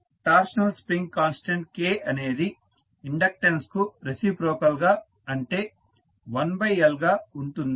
torsional spring constant K అనేది inductance కు reciprocal గా అంటే 1L గా ఉంటుంది